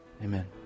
Amen